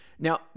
Now